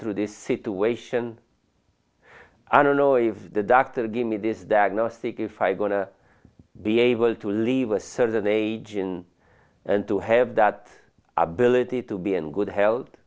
through this situation i don't know if the doctor gave me this diagnostic if i going to be able to live a certain age in and to have that ability to be in good health